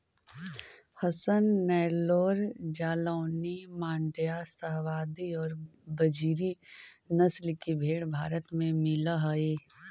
हसन, नैल्लोर, जालौनी, माण्ड्या, शाहवादी और बजीरी नस्ल की भेंड़ भारत में मिलअ हई